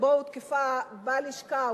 שבו הותקפה בלשכה,